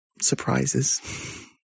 surprises